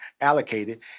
allocated